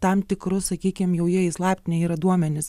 tam tikru sakykim jau jie išslaptinę yra duomenis